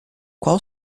qual